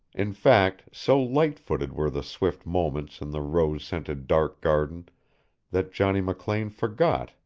in fact so light-footed were the swift moments in the rose-scented dark garden that johnny mclean forgot,